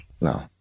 no